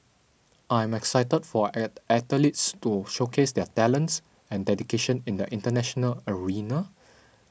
I am excited for our athletes to showcase their talents and dedication in the international arena